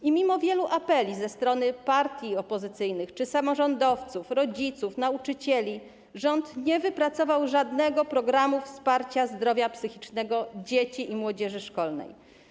I mimo wielu apeli ze strony partii opozycyjnych czy samorządowców, rodziców, nauczycieli rząd nie wypracował żadnego programu wsparcia zdrowia psychicznego dzieci i młodzieży szkolnej.